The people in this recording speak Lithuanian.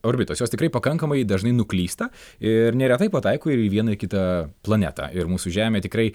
orbitos jos tikrai pakankamai dažnai nuklysta ir neretai pataiko ir į vieną kitą planetą ir mūsų žemė tikrai